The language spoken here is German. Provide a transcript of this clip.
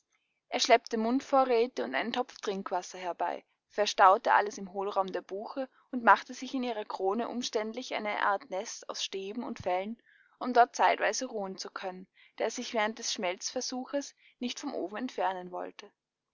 er schleppte mundvorräte und einen topf trinkwasser herbei verstaute alles im hohlraum der buche und machte sich in ihrer krone umständlich eine art nest aus stäben und fellen um dort zeitweise ruhen zu können da er sich während des schmelzversuches nicht vom ofen entfernen wollte